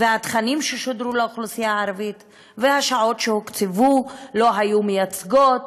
והתכנים ששודרו לאוכלוסייה הערבית והשעות שהוקצבו לא היו מייצגות,